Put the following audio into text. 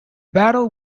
battle